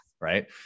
Right